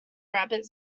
rabbit